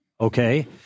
Okay